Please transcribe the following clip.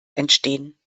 entstehen